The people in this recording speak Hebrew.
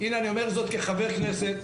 הנה אני אומר זאת כחבר כנסת,